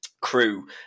crew